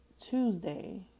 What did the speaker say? Tuesday